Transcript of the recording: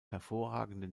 hervorragenden